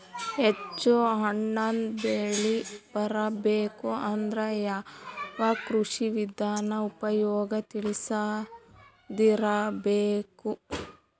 ಹೆಚ್ಚು ಹಣ್ಣನ್ನ ಬೆಳಿ ಬರಬೇಕು ಅಂದ್ರ ಯಾವ ಕೃಷಿ ವಿಧಾನ ಉಪಯೋಗ ತಿಳಿದಿರಬೇಕು?